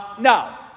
No